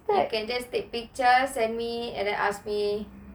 you can just take picture send me and then ask me